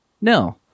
no